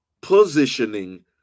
positioning